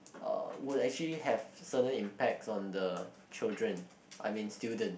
uh would actually have certain impacts on the children I mean students